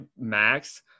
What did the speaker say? max